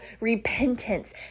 repentance